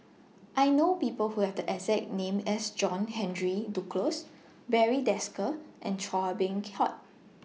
I know People Who Have The exact name as John Henry Duclos Barry Desker and Chua Beng Huat